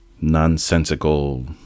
nonsensical